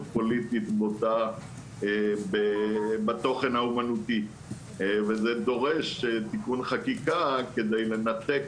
פוליטית בוטה בתוכן האמנותי וזה דורש תיקון חקיקה כדי לנתק